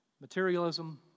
materialism